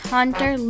Hunter